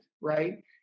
right